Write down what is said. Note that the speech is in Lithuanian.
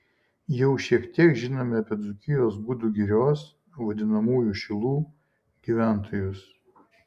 jau šiek tiek žinome apie dzūkijos gudų girios vadinamųjų šilų gyventojus